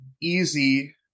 easy